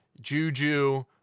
Juju